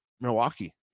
Milwaukee